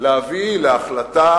להביא להחלטה